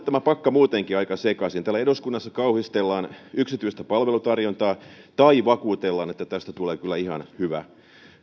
tämä pakka muutenkin aika sekaisin täällä eduskunnassa kauhistellaan yksityistä palvelutarjontaa tai vakuutellaan että tästä tulee kyllä ihan hyvä